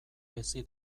hezi